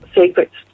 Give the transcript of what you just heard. secrets